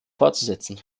fortzusetzen